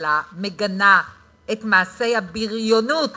הממשלה מגנה את מעשי הבריונות